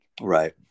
Right